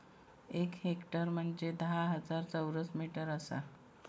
एक हेक्टर म्हंजे धा हजार चौरस मीटर आसा